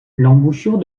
l’embouchure